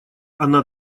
она